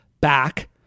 back